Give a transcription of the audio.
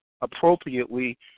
appropriately